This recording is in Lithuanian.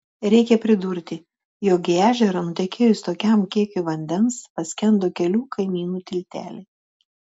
reikia pridurti jog į ežerą nutekėjus tokiam kiekiui vandens paskendo kelių kaimynų tilteliai